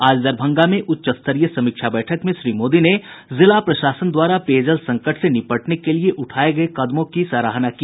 आज दरभंगा में उच्च स्तरीय समीक्षा बैठक में श्री मोदी ने जिला प्रशासन द्वारा पेयजल संकट से निपटने के लिये उठाये गये कदमों की सराहना की